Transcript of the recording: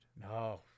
No